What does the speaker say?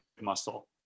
muscle